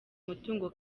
umutungo